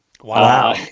wow